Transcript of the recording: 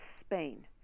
Spain